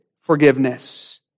forgiveness